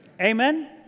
amen